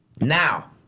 Now